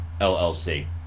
LLC